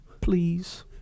please